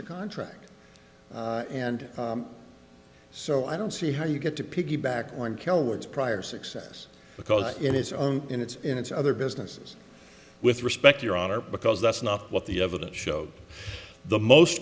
the contract and so i don't see how you get to piggyback on kill words prior success because in his own in it's in it's other businesses with respect your honor because that's not what the evidence showed the most